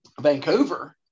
Vancouver